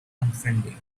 unfriendly